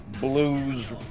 blues